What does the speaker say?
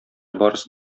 барысы